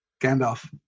Gandalf